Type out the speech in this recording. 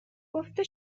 گفته